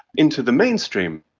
into the mainstream.